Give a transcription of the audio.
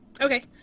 Okay